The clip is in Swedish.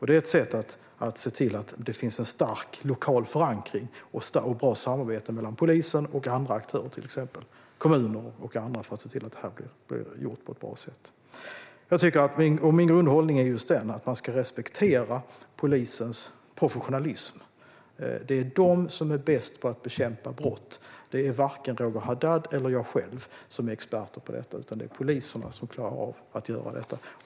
Det är ett sätt att se till att det finns en stark lokal förankring och ett bra samarbete mellan polisen och andra aktörer, till exempel kommuner, för att se till att detta blir gjort på ett bra sätt. Min grundhållning är att man ska respektera polisens professionalism. Det är polisen som är bäst på att bekämpa brott. Det är varken Roger Haddad eller jag som är experter på detta, utan det är poliserna som klarar av att göra detta.